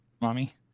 Mommy